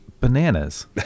bananas